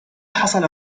حصل